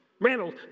Randall